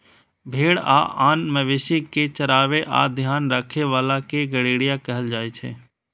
भेड़ आ आन मवेशी कें चराबै आ ध्यान राखै बला कें गड़ेरिया कहल जाइ छै